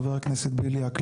חה"כ בליאק,